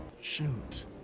Shoot